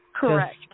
Correct